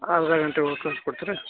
ಅರ್ಧ ಗಂಟೆಯೊಳಗೆ ಕಳ್ಸಿ ಕೊಡ್ತ್ರಿ